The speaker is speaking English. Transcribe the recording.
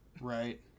right